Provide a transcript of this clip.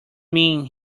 mean